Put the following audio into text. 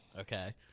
Okay